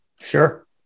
Sure